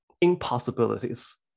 impossibilities